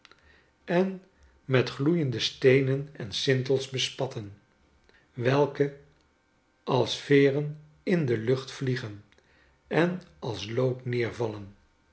en met gloeiende steenen en sintels bespatten welke als veeren in de lucht vliegen en als lood nedervallen